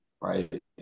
right